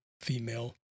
female